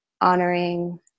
honoring